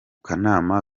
kanama